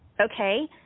okay